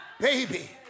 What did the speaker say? Baby